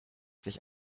sich